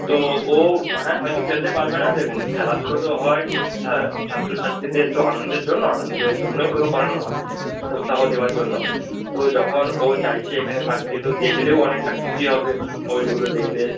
তো ও হ্যাঁ হয়তো খেলতে পারবেনা দেখুন খেলাধুলো তো হয় ছাত্র ছাত্রীদের তো আনন্দের জন্য আনন্দের জন্যই এগুলো করানো হয় উৎসাহ দেওয়ার জন্য তো যখন ও চাইছে এখানে থাকতে তো দেখলেও অনেকটা খুশি হবে ওইগুলো দেখলে